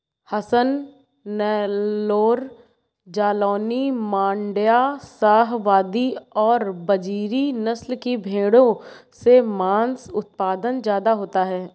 हसन, नैल्लोर, जालौनी, माण्ड्या, शाहवादी और बजीरी नस्ल की भेंड़ों से माँस उत्पादन ज्यादा होता है